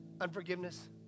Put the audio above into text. unforgiveness